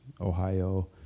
Ohio